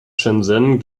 shenzhen